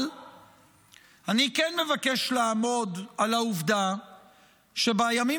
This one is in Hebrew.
אבל אני כן מבקש לעמוד על העובדה שבימים